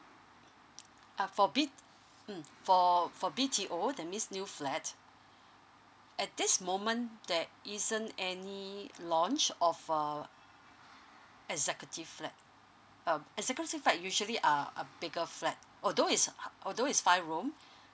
uh for B~ mm for for B_T_O that means new flat at this moment there isn't any launch of a executive flat uh executive flat usually are a bigger flat although is ha~ although is five room